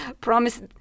Promise